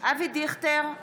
אבי דיכטר,